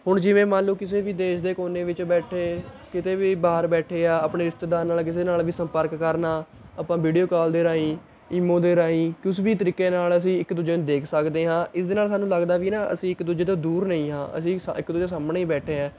ਹੁਣ ਜਿਵੇਂ ਮੰਨ ਲਉ ਕਿਸੇ ਵੀ ਦੇਸ਼ ਦੇ ਕੋਨੇ ਵਿੱਚ ਬੈਠੇ ਕਿਤੇ ਵੀ ਬਾਹਰ ਬੈਠੇ ਆ ਆਪਣੇ ਰਿਸ਼ਤੇਦਾਰ ਨਾਲ਼ ਕਿਸੇ ਨਾਲ਼ ਵੀ ਸੰਪਰਕ ਕਰਨਾ ਆਪਾਂ ਵੀਡੀਓ ਕਾਲ ਦੇ ਰਾਹੀਂ ਇਮੋ ਦੇ ਰਾਹੀਂ ਕਿਸੇ ਵੀ ਤਰੀਕੇ ਨਾਲ਼ ਅਸੀਂ ਇੱਕ ਦੂਜੇ ਨੂੰ ਦੇਖ ਸਕਦੇ ਹਾਂ ਇਸ ਦੇ ਨਾਲ਼ ਸਾਨੂੰ ਲੱਗਦਾ ਵੀ ਨਾ ਅਸੀਂ ਇੱਕ ਦੂਜੇ ਤੋਂ ਦੂਰ ਨਹੀਂ ਹਾਂ ਅਸੀਂ ਸਾ ਇੱਕ ਦੂਜੇ ਦੇ ਸਾਹਮਣੇ ਬੈਠੇ ਹਾਂ